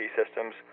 systems